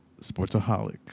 Sportsaholic